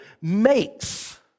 makes